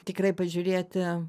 tikrai pažiūrėti